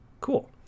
cool